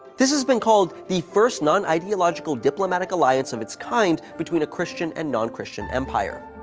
this has been called the first non-ideological diplomatic alliance of its kind between a christian and non-christian empire.